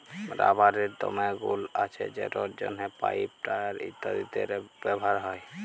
রাবারের দমে গুল্ আছে যেটর জ্যনহে পাইপ, টায়ার ইত্যাদিতে ব্যাভার হ্যয়